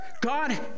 God